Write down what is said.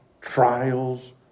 trials